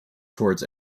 towards